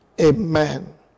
Amen